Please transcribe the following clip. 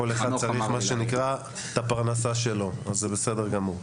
כל אחד צריך את הפרנסה שלו וזה בסדר גמור.